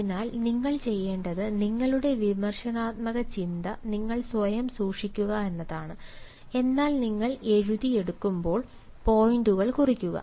അതിനാൽ നിങ്ങൾ ചെയ്യേണ്ടത് നിങ്ങളുടെ വിമർശനാത്മക ചിന്ത നിങ്ങൾ സ്വയം സൂക്ഷിക്കുക എന്നതാണ് എന്നാൽ നിങ്ങൾ എഴുതി എടുക്കുമ്പോൾ പോയിന്റുകൾ കുറിക്കുക